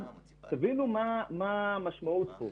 תבינו מה המשמעות כאן.